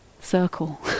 circle